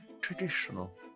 traditional